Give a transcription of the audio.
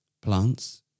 plants